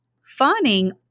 Fawning